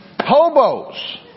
hobos